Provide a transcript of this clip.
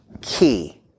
key